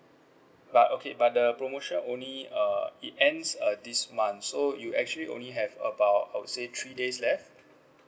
but okay but the promotion only uh it ends uh this month so you actually only have about I would say three days left